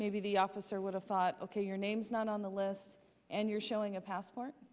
maybe the officer would have thought ok your name's not on the list and you're showing a passport